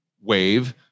wave